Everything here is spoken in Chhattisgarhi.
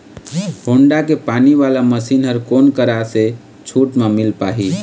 होण्डा के पानी वाला मशीन हर कोन करा से छूट म मिल पाही?